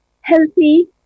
healthy